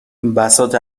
بساط